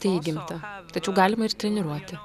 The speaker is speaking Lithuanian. tai įgimta tačiau galima ir treniruoti